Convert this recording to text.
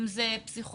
אם אלה פסיכולוגים,